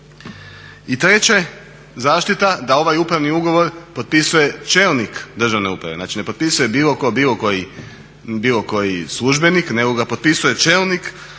I treće, zaštita da ovaj upravni ugovor potpisuje čelnik državne uprave. Znači ne potpisuje bilo ko, bilo koji službenik nego ga potpisuje čelnik